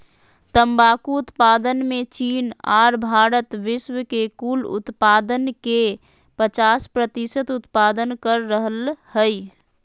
तंबाकू उत्पादन मे चीन आर भारत विश्व के कुल उत्पादन के पचास प्रतिशत उत्पादन कर रहल हई